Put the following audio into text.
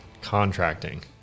Contracting